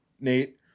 Nate